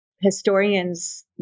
historians